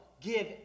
give